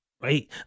right